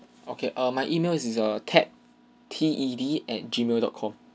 okay err my email is is err ted T E D at gmail dot com